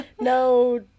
no